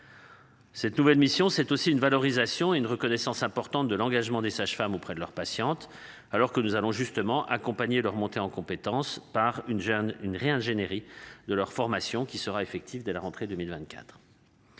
Cette nouvelle mission c'est aussi une valorisation, une reconnaissance importante de l'engagement des sages-femmes auprès de leurs patientes, alors que nous allons justement accompagner leur montée en compétences par une jeune une réingénierie de leur formation qui sera effective dès la rentrée 2024.